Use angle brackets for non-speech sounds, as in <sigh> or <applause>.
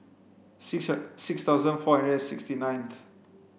six six thousand four <unintelligible> and sixty ninth